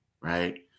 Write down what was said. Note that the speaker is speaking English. right